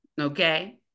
okay